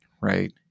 right